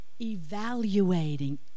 evaluating